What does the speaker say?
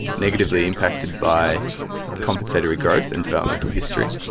negatively impacted by compensatory growth in developmental history.